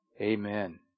Amen